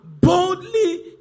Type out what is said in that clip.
boldly